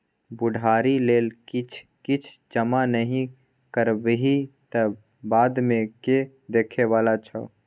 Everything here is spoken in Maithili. बुढ़ारी लेल किछ किछ जमा नहि करबिही तँ बादमे के देखय बला छौ?